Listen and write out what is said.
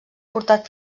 portat